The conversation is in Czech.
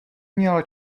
měla